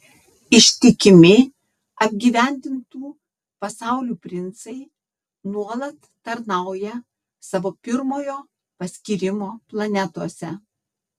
ištikimi apgyvendintų pasaulių princai nuolat tarnauja savo pirmojo paskyrimo planetose